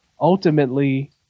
Ultimately